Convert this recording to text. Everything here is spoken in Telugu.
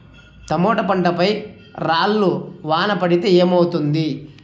టమోటా పంట పై రాళ్లు వాన పడితే ఏమవుతుంది?